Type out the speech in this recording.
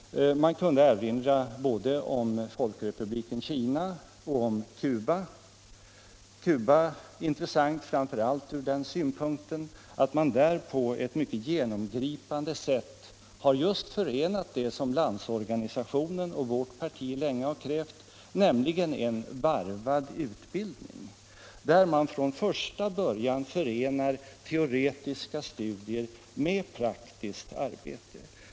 Man kunde erinra både om Folkrepubliken Kina och om Cuba. Cuba är intressant framför allt ur den synpunkten att man där på ett mycket genomgripande sätt har just tillämpat det som Landsorganisationen och vårt parti länge krävt, nämligen en varvad utbildning, i vilken man från första början förenar teoretiska studier med praktiskt arbete.